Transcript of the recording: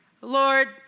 Lord